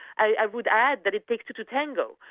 i would add that it takes two to tango.